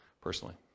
personally